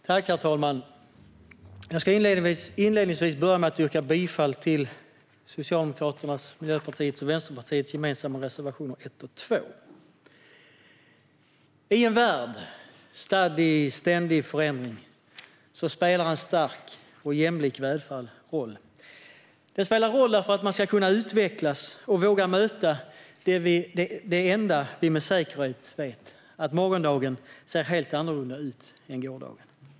Herr talman! Jag vill inleda med att yrka bifall till de gemensamma reservationerna 1 och 2 från Socialdemokraterna, Miljöpartiet och Vänsterpartiet. I en värld stadd i ständig förändring spelar en stark och jämlik välfärd roll. Den spelar roll för att man ska utvecklas och våga möta det enda vi med säkerhet vet, nämligen att morgondagen ser helt annorlunda ut än gårdagen.